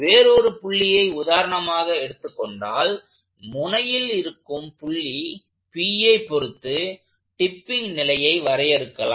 வேறொரு புள்ளியை உதாரணமாக எடுத்துக்கொண்டால் முனையில் இருக்கும் புள்ளி Pஐ பொருத்து டிப்பிங் நிலையை வரையறுக்கலாம்